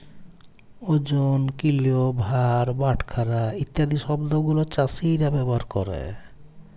ওজন, কিলো, ভার, বাটখারা ইত্যাদি শব্দ গুলো চাষীরা ব্যবহার ক্যরে